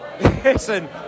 listen